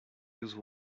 use